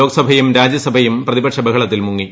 ലോക്സഭയും രാജ്യസഭയും പ്രതിപക്ഷ ബഹളത്തിൽ മുങ്ങി